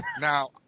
Now